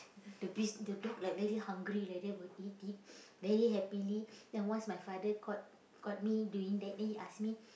the bis~ the dog like very hungry like that will eat it very happily then once my father caught caught me doing that then he ask me